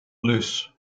loose